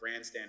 grandstanding